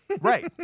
Right